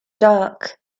dark